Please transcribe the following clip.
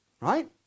Right